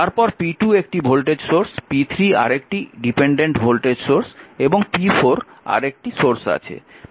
তারপর p2 একটি voltage source p3 আরেকটি ডিপেন্ডেন্ট ভোল্টেজ সোর্স এবং p4 আরেকটি সোর্স আছে